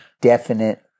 definite